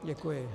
Děkuji.